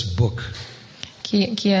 book